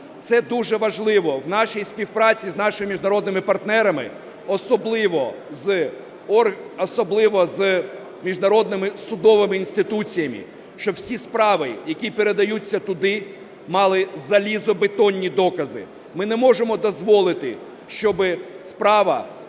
Це дуже важливо в нашій співпраці з нашими міжнародними партнерами, особливо з міжнародними судовими інституціями, щоб всі справи, які передаються туди, мали залізобетонні докази. Ми не можемо дозволити, щоби справа